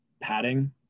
padding